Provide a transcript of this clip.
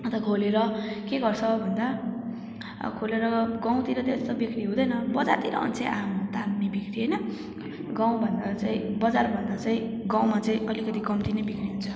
अन्त खोलेर के गर्छ भन्दा अब खोलेर गाउँतिर त्यस्तो बिक्री हुँदैन बजारतिर भने चाहिँ आम्मा हो दामी बिक्री होइन गाउँभन्दा चाहिँ बजारभन्दा चाहिँ गाउँमा चाहिँ अलिकति कम्ती नै बिक्री हुन्छ